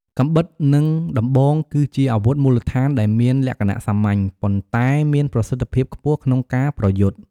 កាំបិត និងដំបង គឺជាអាវុធមូលដ្ឋានដែលមានលក្ខណៈសាមញ្ញ ប៉ុន្តែមានប្រសិទ្ធភាពខ្ពស់ក្នុងការប្រយុទ្ធ។